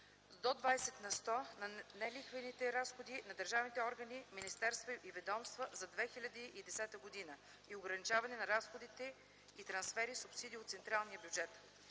до 20 на сто на нелихвените разходи на държавните органи, министерства и ведомства за 2010 г. и ограничаване разходите и трансфери/субсидии от централния бюджет.